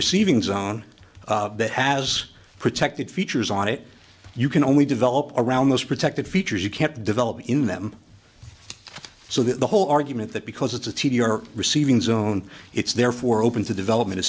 receiving zone that has protected features on it you can only develop around most protected features you can't develop in them so that the whole argument that because it's a t d r receiving zone it's therefore open to development